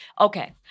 Okay